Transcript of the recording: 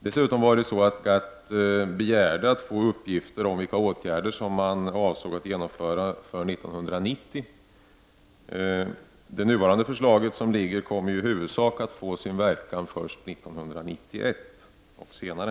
Dessutom begärde man inom GATT uppgifter om vilka åtgärder som Sverige avsåg att genomföra inför år 1990. Det förslag som nu ligger kommer i huvudsak att få sin verkan först år 1991 och senare.